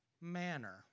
manner